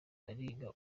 bariga